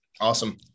Awesome